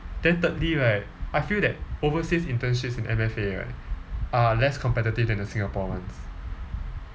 then thirdly right I feel that overseas internships in M_F_A right are less competitive than the singapore ones